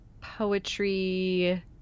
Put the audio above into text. poetry